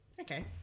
Okay